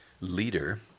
leader